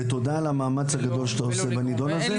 ותודה על המאמץ הגדול שאתה עושה בנדון הזה.